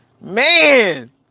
man